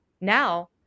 now